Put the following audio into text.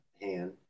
hand